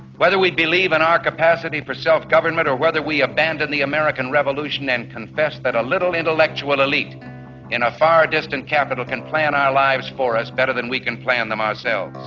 whether we'd believe in our capacity for self-government or whether we abandon the american revolution and confess that a little intellectual elite in a far-distant capital can plan our lives for us better than we can plan them ourselves.